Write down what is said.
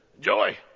joy